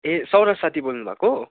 ए सौराज साथी बोल्नु भएको